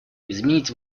изменить